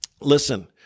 listen—